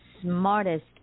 smartest